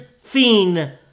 Fiend